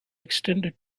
extended